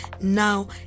now